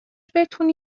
بتونی